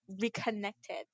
reconnected